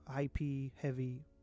IP-heavy